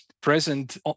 present